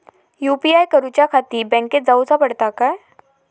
UPI करूच्याखाती बँकेत जाऊचा पडता काय?